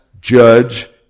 judge